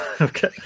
Okay